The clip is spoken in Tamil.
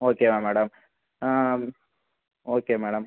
ஓகேவா மேடம் ஓகே மேடம்